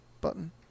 button